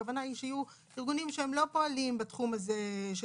הכוונה היא שיהיו ארגונים שלא פועלים בתחום הזה של